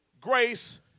Grace